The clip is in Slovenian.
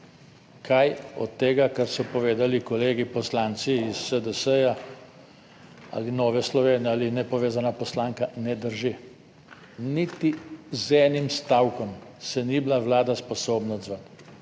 Kaj od tega, kar so povedali kolegi poslanci iz SDS ali Nove Slovenije ali Nepovezana poslanka, ne drži? Niti z enim stavkom se ni bila Vlada sposobna odzvati